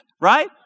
Right